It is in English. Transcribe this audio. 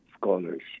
scholars